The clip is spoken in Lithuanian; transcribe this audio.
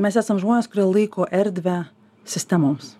mes esam žmonės kurie laiko erdvę sistemoms